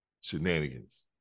shenanigans